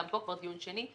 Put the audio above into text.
וגם פה זה דיון שני.